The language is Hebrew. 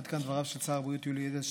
עד כאן דבריו של שר הבריאות יולי אדלשטיין,